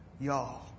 Y'all